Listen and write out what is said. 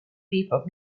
bebop